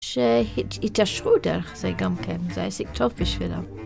שהתעשרו דרך זה גם כן, זה היה עסק טוב בשבילם.